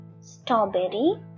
Strawberry